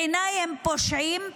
בעיניי הם פושעים,